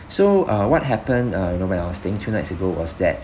so uh what happened uh you know when I was staying two night ago was that